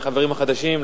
לחברים החדשים,